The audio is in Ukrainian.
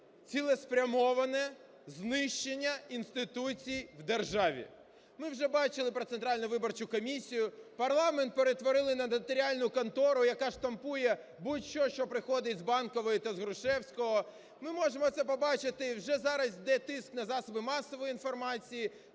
цілеспрямоване знищення інституцій в державі. Ми вже бачили про Центральну виборчу комісію. Парламент перетворили на нотаріальну контору, яка штампує будь-що, що приходить з Банкової та з Грушевського. Ми можемо це побачити, вже зараз іде тиск на засоби масової інформації